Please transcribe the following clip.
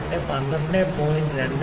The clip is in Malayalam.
448 12